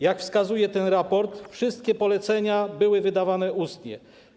Jak wskazuje ten raport, wszystkie polecenia były wydawane ustnie.